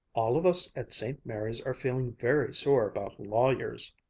all of us at st. mary's are feeling very sore about lawyers.